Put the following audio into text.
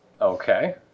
Okay